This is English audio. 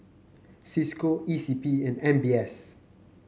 Cisco E C P and M B S